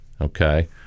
okay